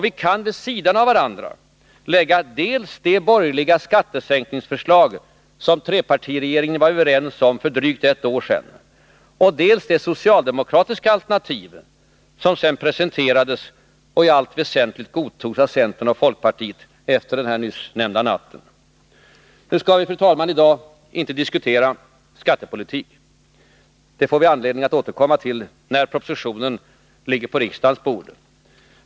Vi kan vid sidan av varandra lägga dels det borgerliga skattesänkningsförslag som trepartiregeringen var överens om för drygt ett år sedan, dels det socialdemokratiska alternativ som därefter presenterades och i allt väsentligt godtogs av centern och folkpartiet efter den nyss nämnda natten. Vi skall emellertid, fru talman, i dag inte diskutera skattepolitik. Det får vi anledning att återkomma till när skattepropositionen ligger på riksdagens bord.